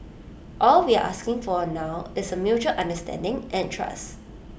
all we're asking for now is A mutual understanding and trust